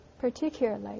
particularly